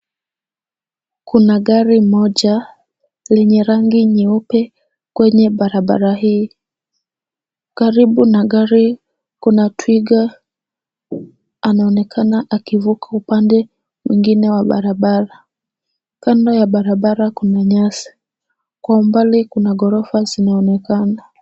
Kuna gari moja lenye rangi nyeupe kwenye barabara hii. Karibu na gari kuna twiga anaonekana akivuka upande mwingine wa barabara. Kando ya barabara kuna nyasi. Kwa umbali kuna ghorofa zinaonekana.